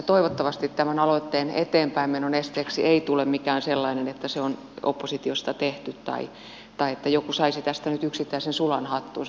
toivottavasti tämän aloitteen eteenpäinmenon esteeksi ei tule mikään sellainen että se on oppositiosta tehty tai että joku saisi tästä nyt yksittäisen sulan hattuunsa